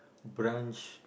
branch